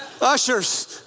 Ushers